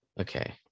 Okay